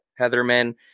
Heatherman